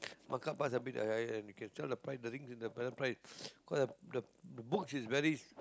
mark-up price a bit ah you can sell better than the parent price because uh the book is very